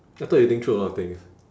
I thought you think through a lot of things